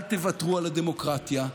אל תוותרו על הדמוקרטיה.